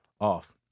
off